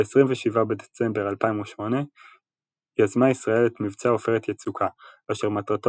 ב-27 בדצמבר 2008 יזמה ישראל את מבצע עופרת יצוקה אשר מטרתו